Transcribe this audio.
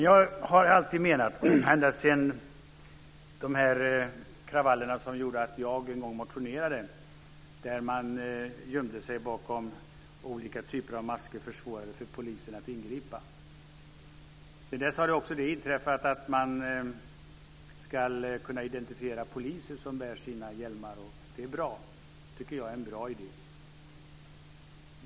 Jag har alltid menat att det behövs ett förbud, ända sedan de kravaller som gjorde att jag en gång motionerade och där man gömde sig bakom olika typer av masker och försvårade för polisen att ingripa. Sedan dess har det också framförts att man ska kunna identifiera poliser som bär hjälmar, och det tycker jag är en bra idé.